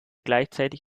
gleichzeitig